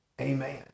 Amen